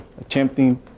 attempting